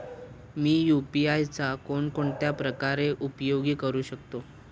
मी UPI चा कोणकोणत्या प्रकारे उपयोग करू शकतो?